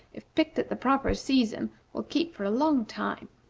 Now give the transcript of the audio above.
if picked at the proper season, will keep for a long time.